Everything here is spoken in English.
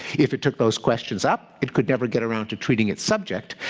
if it took those questions up, it could never get around to treating its subject,